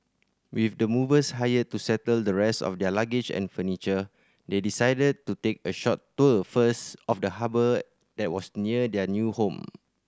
with the movers hired to settle the rest of their luggage and furniture they decided to take a short tour first of the harbour that was near their new home